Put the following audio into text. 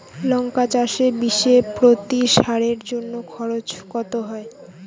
লঙ্কা চাষে বিষে প্রতি সারের জন্য খরচ কত হয়?